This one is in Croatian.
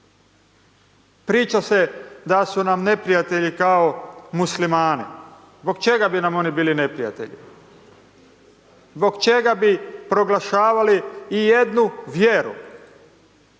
Priča se da su nam neprijatelji kao muslimani. Zbog čega bi nam oni bili neprijatelji? Zbog čega bi proglašavali i jednu vjeru